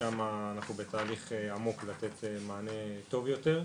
ולשם אנחנו בתהליך עמוק לתת מענה טוב יותר.